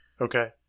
Okay